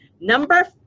Number